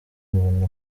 mbona